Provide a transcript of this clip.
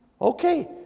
Okay